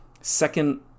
second